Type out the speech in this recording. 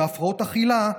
מהפרעות אכילה,